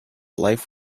life